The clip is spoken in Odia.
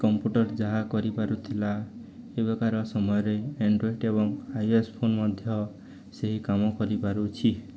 କମ୍ପ୍ୟୁଟର୍ ଯାହା କରିପାରୁଥିଲା ଏବେକାର ସମୟରେ ଆଣ୍ଡ୍ରଏଡ଼୍ ଏବଂ ଆଇ ଏସ୍ ଫୋନ୍ ମଧ୍ୟ ସେହି କାମ କରିପାରୁଛି